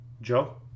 Joe